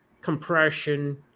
compression